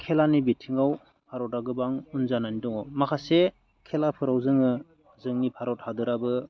खेलानि बिथिङाव भारतआ गोबां उन जानानै दङ माखासे खेलाफोराव जोङो जोंनि भारत हादोराबो